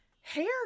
hair